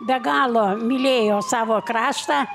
be galo mylėjo savo kraštą